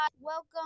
Welcome